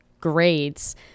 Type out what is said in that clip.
grades